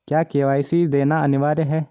क्या के.वाई.सी देना अनिवार्य है?